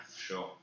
Sure